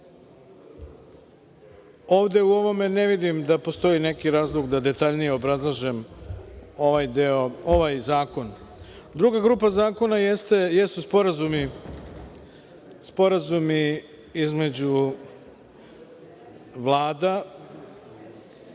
Ovde u ovome ne vidim da postoji neki razlog da detaljnije obrazlažem ovaj zakon. Druga grupa zakona jesu sporazumi između vlada